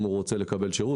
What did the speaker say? אם הוא רוצה לקבל שירות.